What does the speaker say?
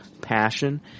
passion